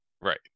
Right